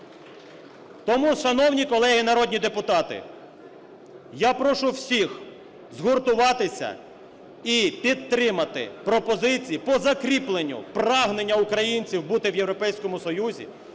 Тому, шановні колеги народні депутати, я прошу всіх згуртуватися і підтримати пропозиції по закріпленню прагнення українців бути у Європейському Союзі,